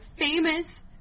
famous